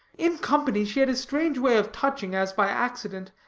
in company she had a strange way of touching, as by accident,